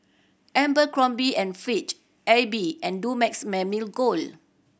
Abercrombie and Fitch Aibi and Dumex Mamil Gold